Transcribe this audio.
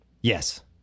Yes